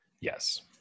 yes